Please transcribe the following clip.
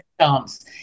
chance